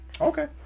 Okay